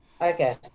Okay